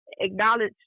acknowledge